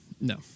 No